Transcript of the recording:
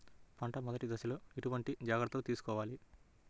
పంట మెదటి దశలో ఎటువంటి జాగ్రత్తలు తీసుకోవాలి?